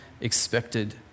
Expected